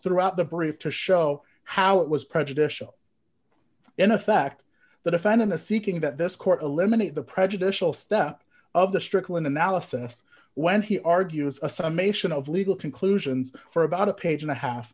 throughout the brief to show how it was prejudicial in effect the defendant to seeking that this court eliminate the prejudicial step of the strickland analysis when he argues a summation of legal conclusions for about a page and a half